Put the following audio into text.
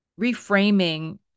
reframing